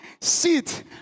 sit